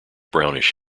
brownish